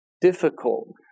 difficult